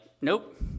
nope